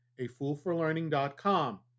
afoolforlearning.com